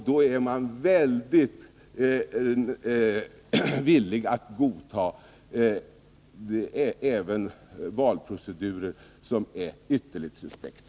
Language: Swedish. Då är moderaterna mycket villiga att godta även valprocedurer som är ytterligt suspekta.